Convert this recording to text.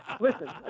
Listen